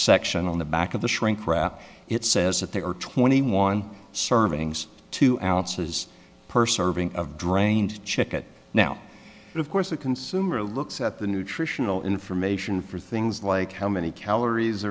section on the back of the shrinkwrap it says that there are twenty one servings two ounces per serving of drained chicot now of course the consumer looks at the nutritional information for things like how many calories